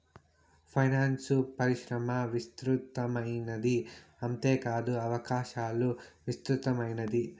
finance పరిశ్రమ విస్తృతమైనది అంతేకాదు అవకాశాలు విస్తృతమైనది